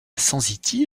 sensitive